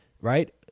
right